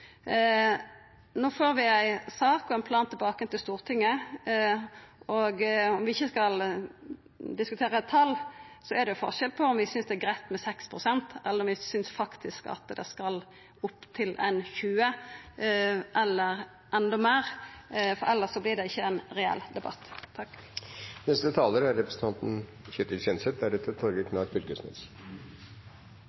No får vi ei sak og ein plan tilbake til Stortinget. Om vi ikkje skal diskutera eit tal, er det forskjell på om vi synest det er greitt med 6 pst., eller om vi synest at det skal opp til ca. 20 pst. eller endå meir – elles vert det ikkje ein reell debatt.